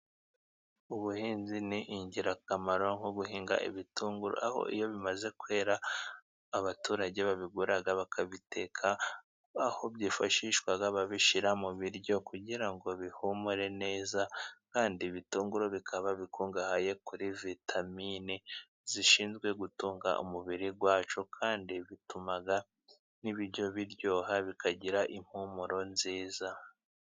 Ubuhinzi ni ingirakamaro nko guhinga ibitunguru aho iyo bimaze kwera abaturage babigura bakabiteka, aho byifashishwa babishyirara mu biryo kugira ngo bihumure neza, kandi ibitunguru bikaba bikungahaye kuri vitamine zishinzwe gutunga umubiri wacu, kandi bituma n'ibiryo biryoha bikagira impumuro nziza.